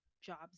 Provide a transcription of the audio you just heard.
jobs